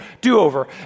do-over